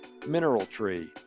Mineraltree